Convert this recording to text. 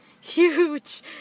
Huge